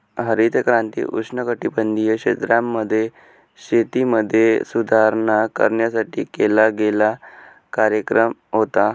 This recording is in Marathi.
हरित क्रांती उष्णकटिबंधीय क्षेत्रांमध्ये, शेतीमध्ये सुधारणा करण्यासाठी केला गेलेला कार्यक्रम होता